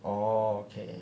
orh okay